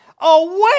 away